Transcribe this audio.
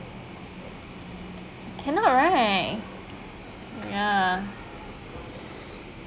cannot right ya